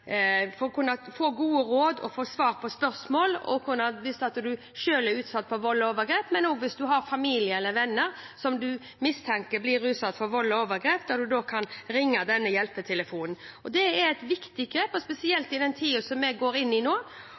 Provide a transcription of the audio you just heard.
få gode råd og svar på spørsmål hvis en selv er utsatt for vold og overgrep, og også hvis en har familie eller venner som en mistenker blir utsatt for vold og overgrep. Nå kan en ringe denne hjelpetelefonen. Det er et viktig grep, spesielt i den tiden som vi går inn i nå.